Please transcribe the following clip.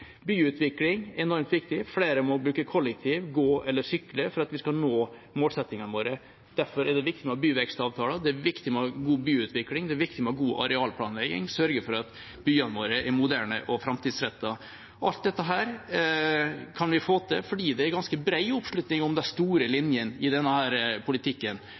Byutvikling er enormt viktig. Flere må bruke kollektivtransport, gå eller sykle for at vi skal nå målsettingene våre. Derfor er det viktig med byvekstavtaler, det er viktig med god byutvikling, det er viktig med god arealplanlegging, sørge for at byene våre er moderne og framtidsrettede. Alt dette kan vi få til fordi det er ganske bred oppslutning om de store linjene i denne politikken,